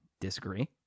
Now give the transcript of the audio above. Disagree